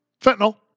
Fentanyl